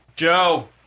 Joe